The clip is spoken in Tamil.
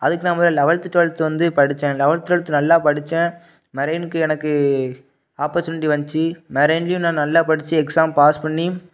அதுக்கு நான் முதல்ல லெவல்த்து ட்வெல்த்து வந்து படித்தேன் லெவல்த் ட்வெல்த் நல்லா படித்தேன் மெரெய்ன்க்கு எனக்கு ஆப்பர்ச்யூனிட்டி வந்துச்சி மெரெய்ன்லேயும் நான் நல்லா படித்து எக்ஸாம் பாஸ் பண்ணி